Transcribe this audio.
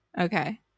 Okay